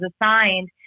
assigned